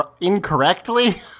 incorrectly